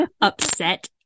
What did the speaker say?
upset